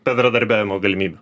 bendradarbiavimo galimybių